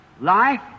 life